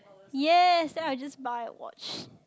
yes then I just buy a watch